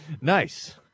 Nice